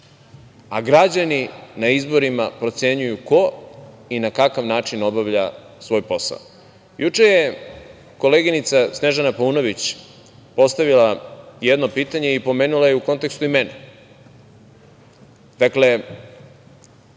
a građani na izborima procenjuju ko i na kakav način obavlja svoj posao. Juče je koleginica Snežana Paunović postavila jedno pitanje i pomenula je u kontekstu i mene.